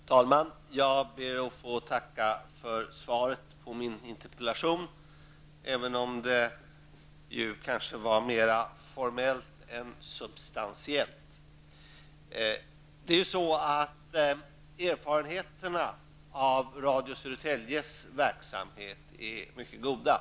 Herr talman! Jag ber att få tacka för svaret på min interpellation, även om detta kanske är mera formellt än substantiellt. Erfarenheterna av Radio Södertäljes verksamhet är mycket goda.